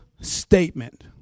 statement